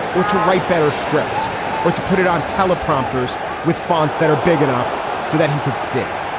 or to write better scripts or to put it on teleprompters with fonts that are big enough so that he could say